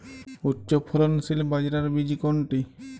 উচ্চফলনশীল বাজরার বীজ কোনটি?